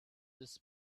this